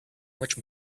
much